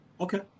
Okay